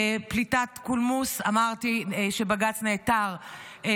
פליטת קולמוס, אמרתי שבג"ץ נעתר לבקשה.